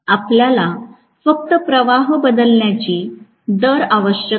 आपल्याला फक्त प्रवाह बदलण्याची दर आवश्यक आहे